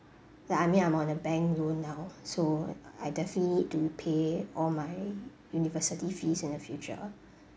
that I mean I'm on a bank loan now so I definitely do pay all my university fees in the future